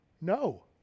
no